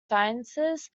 sciences